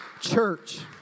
church